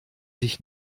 sich